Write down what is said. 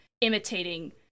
imitating